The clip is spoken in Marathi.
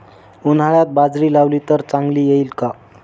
उन्हाळ्यात बाजरी लावली तर चांगली येईल का?